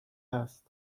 هست